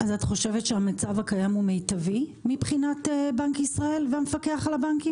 אז את חושבת שהמצב הקיים הוא מיטבי מבחינת בנק ישראל והמפקח על הבנקים?